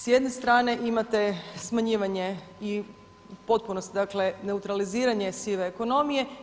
S jedne strane imate smanjivanje i u potpunosti, dakle neutraliziranje sive ekonomije.